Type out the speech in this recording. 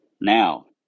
Now